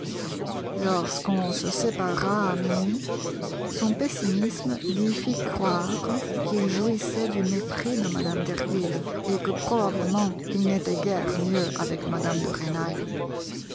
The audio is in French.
lorsqu'on se sépara à minuit son pessimisme lui fit croire qu'il jouissait du mépris de mme derville et que probablement il n'était guère mieux avec mme de rênal